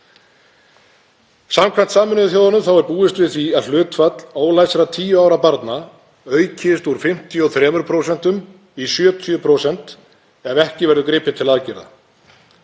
Samkvæmt Sameinuðu þjóðunum er búist við að hlutfall ólæsra tíu ára barna aukist úr 53% í 70% ef ekki verður gripið til aðgerða.